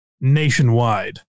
nationwide